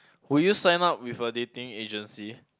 will you sign up with a dating agency